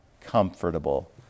comfortable